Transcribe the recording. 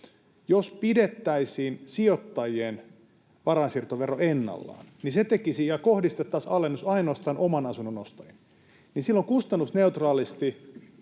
Jos pidettäisiin sijoittajien varainsiirtovero ennallaan ja kohdistettaisiin alennus ainoastaan oman asunnon ostajiin, niin silloin kustannusneutraalisti